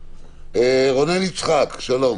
רונן יצחק, שלום.